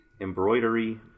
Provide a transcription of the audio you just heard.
embroidery